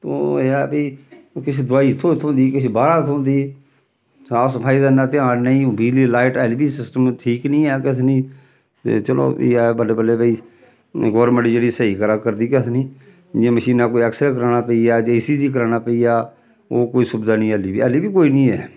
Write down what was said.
तो एह् ऐ भाई किश दवाई थ्हो थ्होंदी किश बाह्रा थ्होंदी साफ सफाई दा इन्ना ध्यान नेईं बिजली लाइट हल्ली बी सिस्टम ठीक निं ऐ कथनी ते चलो ऐ बल्लें बल्लें भाई गौरमेंट जेह्ड़ी स्हेई करै करदी कथनी जियां मशीनां कोई ऐक्सरे कराना पेई जा जे ए स जी कराना पेई जा ओह् कोई सुविधा निं एल्ली एल्ली बी कोई निं ऐ